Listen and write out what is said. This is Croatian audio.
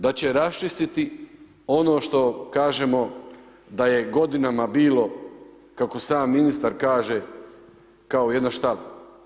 Da će raščistiti ono što kažemo, da je godinama bilo kako sam ministar kaže, kao jedna štala.